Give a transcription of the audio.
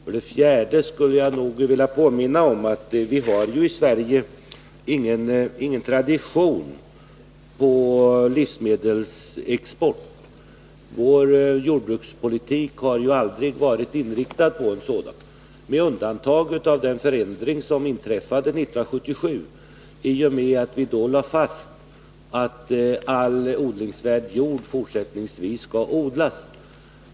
För det fjärde skulle jag vilja påminna om att vi i Sverige inte har någon tradition beträffande livsmedelsexport. Vår jordbrukspolitik har aldrig varit inriktad på detta, med undantag för den förändring som inträffade år 1977 i och med att vi då lade fast att all odlingsvärd jord fortsättningsvis skulle odlas.